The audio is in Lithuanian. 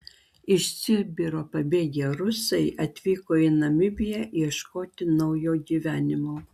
iš sibiro pabėgę rusai atvyko į namibiją ieškoti naujo gyvenimo